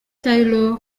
taylor